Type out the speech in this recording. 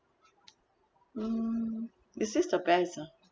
mm is this the best ah